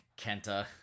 Kenta